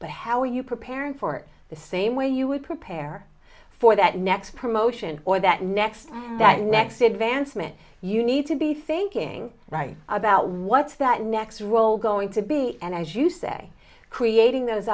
but how are you preparing for it the same way you would prepare for that next promotion or that next that next advancement you need to be thinking right about what's that next role going to be and as you say creating those